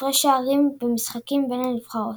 הפרש שערים במשחקים בין הנבחרות.